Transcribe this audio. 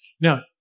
Now